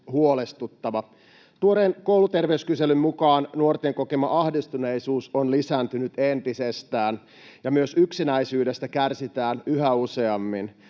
huolestuttava. Tuoreen kouluterveyskyselyn mukaan nuorten kokema ahdistuneisuus on lisääntynyt entisestään ja myös yksinäisyydestä kärsitään yhä useammin.